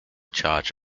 charge